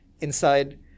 inside